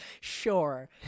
Sure